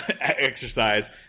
exercise